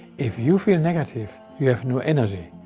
if you feel negative, you have no energy,